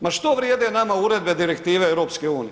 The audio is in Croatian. Ma što vrijede nama uredbe i direktive EU?